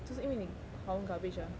就是因为你华文 garbage ah